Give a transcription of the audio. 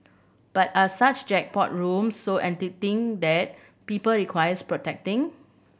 but are such jackpot rooms so enticing that people requires protecting